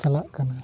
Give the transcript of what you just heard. ᱪᱟᱞᱟᱜ ᱠᱟᱱᱟ